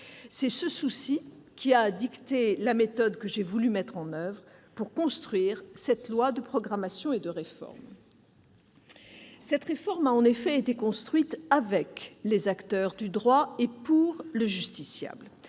C'est ce souci qui a dicté la méthode que j'ai voulu mettre en oeuvre pour construire cette loi de programmation et de réforme. Cette réforme a été construite avec les acteurs du droit et pour le justiciable.